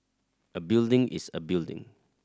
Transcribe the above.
a building is a building